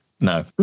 no